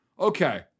Okay